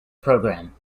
programme